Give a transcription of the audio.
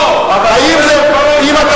לא, אבל הוא אומר על כל המפלגה "מושחתים".